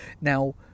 now